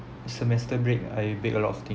semester break I bake a lot of thing